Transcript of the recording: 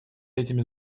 этими